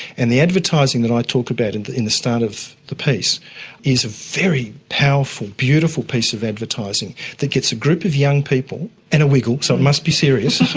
and the advertising that i talk about and in the start of the piece is a very powerful, beautiful piece of advertising that gets a group of young people and a wiggle, so it must be serious,